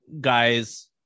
guys